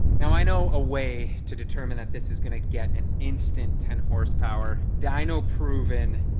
now i know a way to determine that this is gonna get an instant ten horsepower dyno proven.